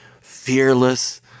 fearless